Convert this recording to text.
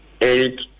eight